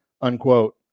unquote